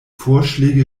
vorschläge